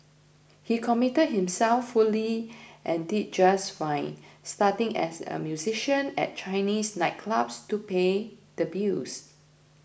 he committed himself fully and did just fine starting as a musician at Chinese nightclubs to pay the bills